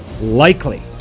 likely